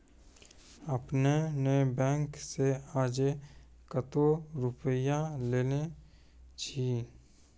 आपने ने बैंक से आजे कतो रुपिया लेने छियि?